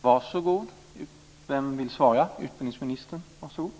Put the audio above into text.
Herr talman! Förlåt, jag uppfattade inte frågan.